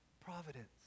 providence